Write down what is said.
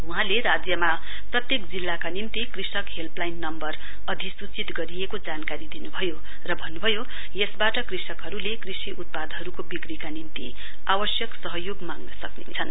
वहाँले राज्यमा प्रत्येक जिल्लाका निम्ति कृषक हेल्पलाइन नम्बर अधिसूचित गरिएको जानकारी दिनुभयो र भन्नुभयो यसबाट कृषकहरूले कृषि उत्पादहरूको विक्रीका निम्ति आवश्यक सहयोग माँग्न सक्रेछन्